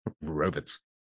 Robots